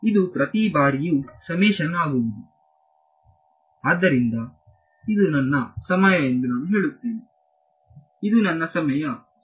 ಇದು ಪ್ರತಿ ಬಾರಿಯೂ ಸಮೇಶನ್ ಆಗುವುದು ಆದ್ದರಿಂದ ಇದು ನನ್ನ ಸಮಯ ಎಂದು ನಾನು ಹೇಳುತ್ತೇನೆ ಇದು ನನ್ನ ಸಮಯ 0 ಇಂದ t